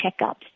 checkups